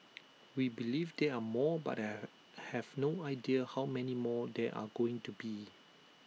we believe there are more but have no idea how many more there are going to be